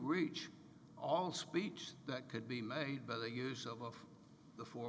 reach all speech that could be made by the use of the fo